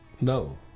no